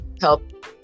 help